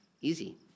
easy